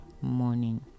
morning